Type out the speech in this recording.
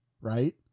right